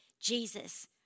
Jesus